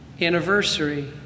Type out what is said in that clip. anniversary